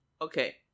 Okay